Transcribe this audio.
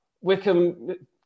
Wickham